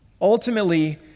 ultimately